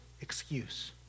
excuse